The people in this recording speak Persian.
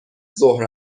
ظهر